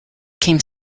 came